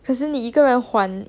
可是你一个人还